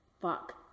Fuck